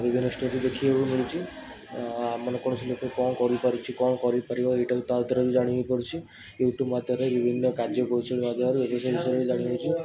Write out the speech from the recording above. ବିଭିନ୍ନ ଷ୍ଟୋରୀ ଦେଖିବାକୁ ମିଳୁଛି ଆ ମାନେ କୌଣସି ଲୋକ କ'ଣ କରିପାରୁଛି କ'ଣ କରିପାରିବ ଏଇଟା ବି ତା' ଦ୍ୱାରା ବି ଜାଣି ହେଇପାରୁଛି ୟୁଟ୍ୟୁବ୍ ମାଧ୍ୟମରେ ବିଭିନ୍ନ କାର୍ଯ୍ୟକୌଶଳ ମାଧ୍ୟମରେ ବିଭିନ୍ନ ବିଷୟରେ ଜାଣି ହେଉଛି